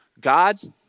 God's